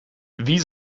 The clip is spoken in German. wie